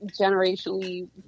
generationally